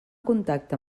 contacte